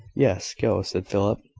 yes, go, said philip,